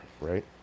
right